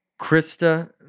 Krista